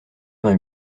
vingt